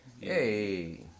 hey